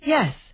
Yes